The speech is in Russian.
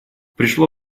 пришло